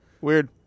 Weird